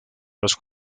los